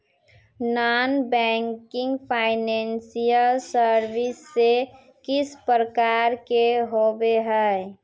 Non banking financial services किस प्रकार के होबे है?